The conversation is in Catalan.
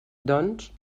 doncs